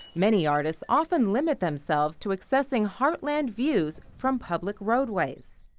many artists often limit themselves to accessing heartland views from public roadways.